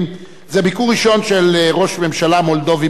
זהו ביקור ראשון של ראש ממשלה מולדובי בארצנו.